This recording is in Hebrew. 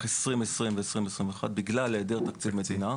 2020 ו-2021 בגלל היעדר תקציב מדינה.